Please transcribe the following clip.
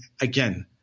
again